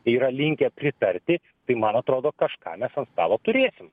yra linkę pritarti tai man atrodo kažką mes ant stalo turėsim